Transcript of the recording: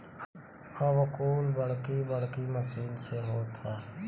अब कुल बड़की बड़की मसीन से होत हौ